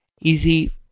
Easy